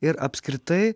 ir apskritai